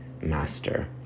master